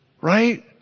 Right